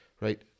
right